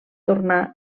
tornar